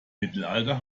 mittelalter